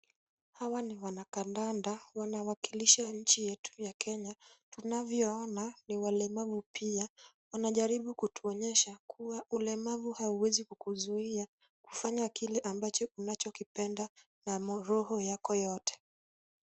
Hawa ni wanakadanda wanawakilisha nchi yetu ya Kenya. Tunavyoona ni walemavu pia. Wanajaribu kutuonyesha kuwa ulemavu hauwezi kukuzuia kufanya kile ambacho unachokipenda na roho yako yote.